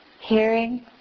Hearing